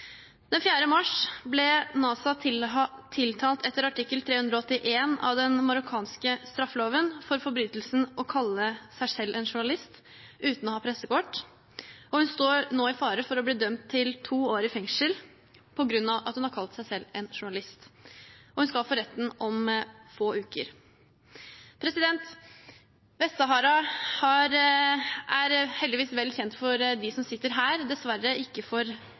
mars ble Nazha tiltalt etter artikkel 381 i den marokkanske straffeloven for forbrytelsen å kalle seg selv journalist uten å ha pressekort. Hun står nå i fare for å bli dømt til to år i fengsel for å ha kalt seg selv journalist, og hun skal for retten om få uker. Vest-Sahara er heldigvis vel kjent for dem som sitter her – dessverre ikke for